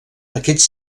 aquests